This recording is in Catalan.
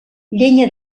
llenya